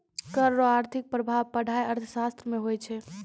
कर रो आर्थिक प्रभाब पढ़ाय अर्थशास्त्र मे हुवै छै